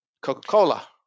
Coca-Cola